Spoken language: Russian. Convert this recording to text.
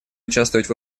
участвовать